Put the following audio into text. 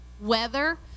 weather